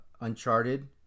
Uncharted